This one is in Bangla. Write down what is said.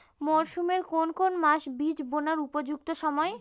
মরসুমের কোন কোন মাস বীজ বোনার উপযুক্ত সময়?